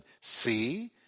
see